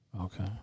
Okay